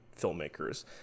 filmmakers